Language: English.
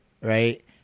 Right